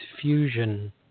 fusion